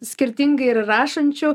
skirtingai ir rašančių